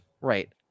Right